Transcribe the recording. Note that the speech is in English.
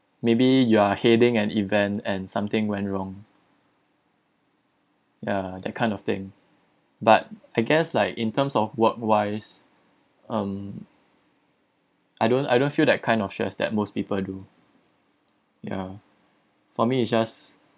maybe you are heading an event and something went wrong ya that kind of thing but I guess like in terms of work wise um I don't I don't feel that kind of stress that most people do ya for me it's just